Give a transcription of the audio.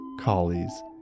collies